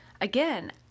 Again